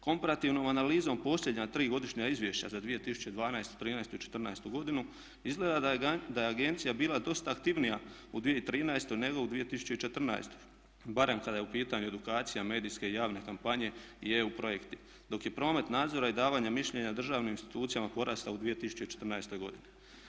Komparativno analizom posljednja tri godišnja izvješća za 2012., 2013. i 2014.godinu izgleda da je agencija bila dosta aktivnija u 2013.nego u 2014.barem kada je u pitanju edukacija medijske i javne kampanje i EU projekt, dok je promet nadzora i davanja mišljenja državnim institucijama porastao u 2014. godini.